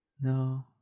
No